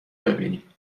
ببینیم